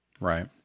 Right